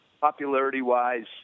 popularity-wise